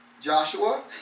Joshua